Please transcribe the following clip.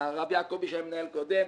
רבי יעקבי שהיה מנהל קודם,